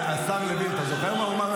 קורא להוציא חברת